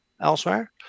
elsewhere